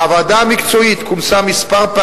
הוועדה המקצועית כונסה פעמים מספר,